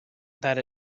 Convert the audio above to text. that